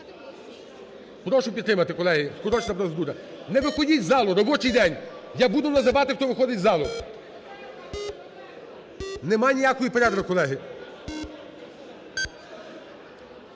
процедура. Не виходіть з залу, робочий день! Я буду називати, хто виходить з залу. Немає ніякої перерви, колеги.